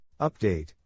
Update